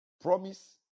promise